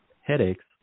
headaches